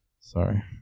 Sorry